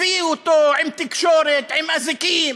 הביאו אותו עם תקשורת, עם אזיקים,